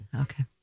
Okay